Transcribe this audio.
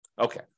Okay